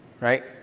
right